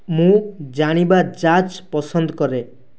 ମୁଁ ଜାଣିବା ଜାଜ୍ ପସନ୍ଦ କରେ